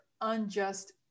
unjust